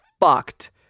fucked